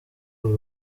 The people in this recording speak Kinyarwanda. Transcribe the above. uri